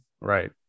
Right